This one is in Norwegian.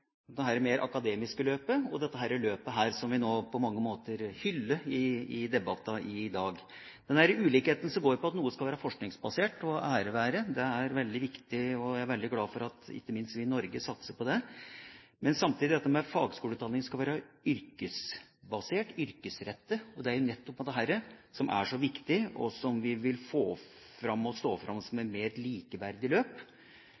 mer akademiske løpet og dette løpet som vi hyller i debattene i dag. Denne ulikheten går på at noe skal være forskningsbasert – jeg er veldig glad for at vi i Norge satser på det – men samtidig skal fagskoleutdanning være yrkesbasert og yrkesrettet. Det er nettopp dette som er så viktig: Vi vil få dette til å stå fram som et løp